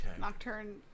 Nocturne